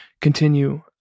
continue